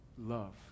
love